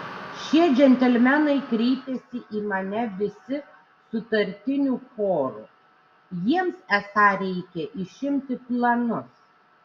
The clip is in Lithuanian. šie džentelmenai kreipėsi į mane visi sutartiniu choru jiems esą reikia išimti planus